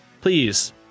please